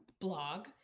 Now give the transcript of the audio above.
blog